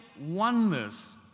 oneness